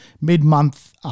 mid-month